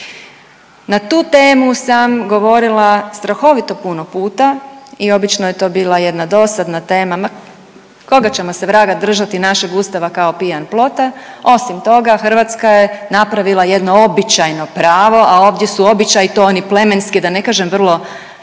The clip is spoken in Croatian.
Na tu temu sam govorila strahovito puno puta i obično je to bila jedna dosadna tema, ma koga ćemo se vraga držati našeg Ustava kao pijan plota, osim toga, Hrvatska je napravila jedno običajno pravo, a ovdje su običaji to oni plemenski, da ne kažem vrlo primitivni